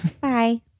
Bye